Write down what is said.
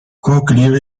cochlear